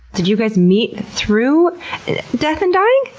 did you guys meet through death and dying?